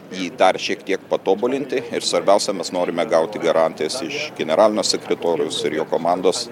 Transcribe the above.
jį dar šiek tiek patobulinti ir svarbiausia mes norime gauti garantijas iš generalinio sekretoriaus ir jo komandos